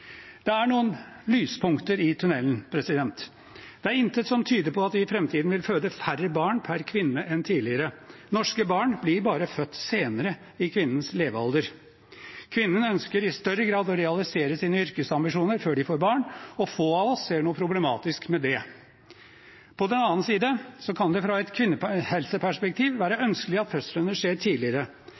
Det er noen lyspunkter i tunnelen. Det er intet som tyder på at vi i framtiden vil føde færre barn per kvinne enn tidligere, norske kvinner føder bare barn senere i livet. Kvinnen ønsker i større grad å realisere sine yrkesambisjoner før de får barn, og få av oss ser noe problematisk med det. På den annen side kan det fra et kvinnehelseperspektiv være ønskelig at fødslene skjer tidligere.